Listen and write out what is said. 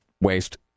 waste